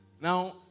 Now